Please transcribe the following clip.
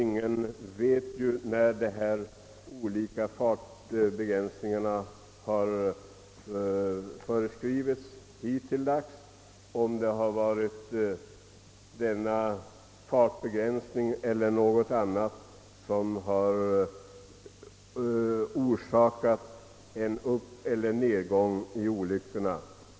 Ingen vet om det är de många olika fartbegränsningarna eller något annat som orsakar uppeller nedgången i olycksstatistiken.